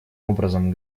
образом